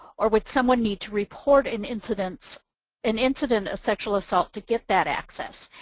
or would someone need to report an incident an incident of sexual assault to get that access?